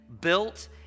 built